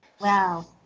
wow